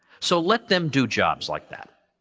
so, let them do jobs like that.